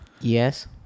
Yes